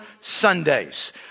Sundays